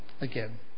again